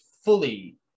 fully